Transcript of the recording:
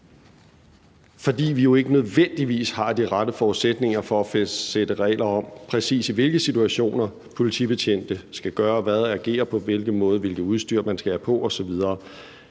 fordi vi jo ikke nødvendigvis har de rette forudsætninger for at fastsætte regler om, præcis i hvilke situationer politibetjente skal gøre hvad og agere på hvilken måde og hvilket udstyr, de skal have på osv.